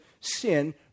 sin